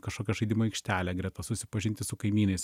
kažkokią žaidimų aikštelę greta susipažinti su kaimynais